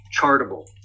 chartable